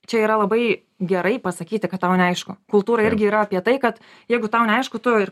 čia yra labai gerai pasakyti kad tau neaišku kultūra irgi yra apie tai kad jeigu tau neaišku tu ir